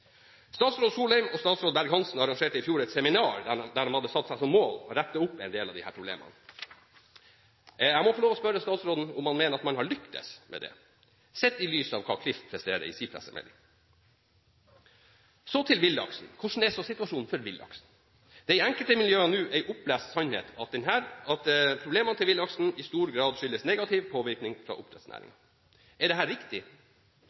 Statsråd Solheim og statsråd Berg-Hansen arrangerte i fjor et seminar der man hadde satt seg som mål å rette opp i en del av disse problemene. Jeg må få lov å spørre statsråden om han mener at man har lyktes med det, sett i lys av hva Klif presterer i sin pressemelding. Så til villaksen. Hvordan er så situasjonen for villaksen? Det er i enkelte miljøer nå en opplest sannhet at problemene til villaksen i stor grad skyldes negativ påvirkning fra oppdrettsnæringen. Er dette riktig?